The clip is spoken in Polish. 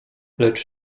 lecz